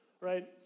right